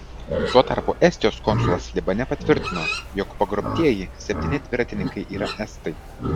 tuo tarpu estijos konsulas libane patvirtino jog pagrobtieji septyni dviratininkai yra estai